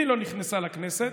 מי לא נכנסה לכנסת?